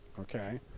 okay